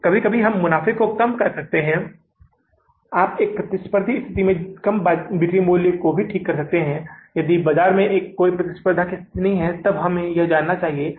तो इसका मतलब है कि हम इस धन का उपयोग कर सकते हैं कम से कम जितनी भी राशि है अगर कमी है तो किसी भी महीने में आप बैंक से उधार ले लेते हैं और यदि कोई अधिशेष है तो आप बैंक में जमा कर देते हैं